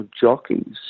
jockeys